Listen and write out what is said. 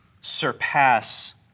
surpass